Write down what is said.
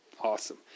Awesome